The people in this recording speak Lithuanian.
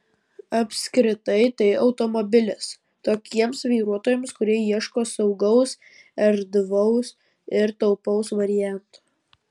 apskritai tai automobilis tokiems vairuotojams kurie ieško saugaus erdvaus ir taupaus varianto